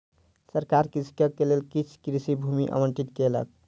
सरकार कृषकक लेल किछ कृषि भूमि आवंटित केलक